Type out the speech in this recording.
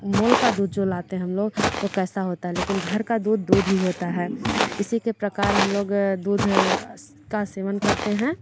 मोल का दूध जो लाते हैं हम लोग तो कैसा होता है लेकिन घर का दूध दूध ही होता है इसी के प्रकार हम लोग दूध का सेवन करते हैं